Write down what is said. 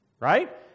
right